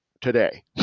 today